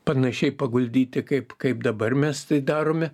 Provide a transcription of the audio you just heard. panašiai paguldyti kaip kaip dabar mes tai darome